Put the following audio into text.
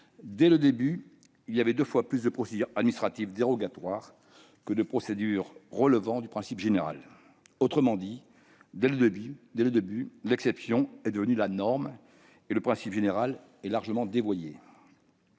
dès le début, il y avait deux fois plus de procédures administratives dérogatoires que de procédures relevant du principe général. En d'autres termes, dès le début, l'exception était la norme et le principe général de la loi était largement dévoyé.